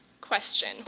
question